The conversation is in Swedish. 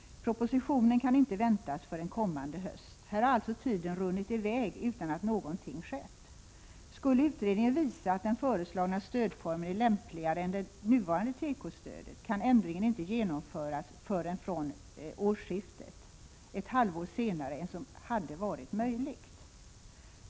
Propositionen kan inte väntas förrän kommande höst. Här har alltså tiden runnit i väg utan att någonting skett. Skulle utredningen visa att den föreslagna stödformen är lämpligare än det nuvarande tekostödet, kan ändringen inte genomföras förrän från årsskiftet, ett halvår senare än som hade varit möjligt.